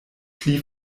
pli